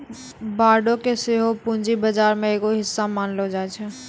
बांडो के सेहो पूंजी बजार के एगो हिस्सा मानलो जाय छै